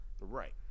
Right